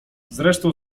zresztą